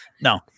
No